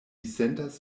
sentas